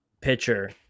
pitcher